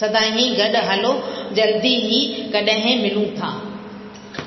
सदाहीं गॾु हलो जल्दी ई कॾहिं मिलूं था